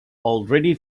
already